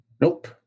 Nope